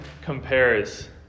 compares